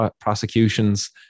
prosecutions